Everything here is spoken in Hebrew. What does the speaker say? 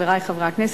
חברי חברי הכנסת,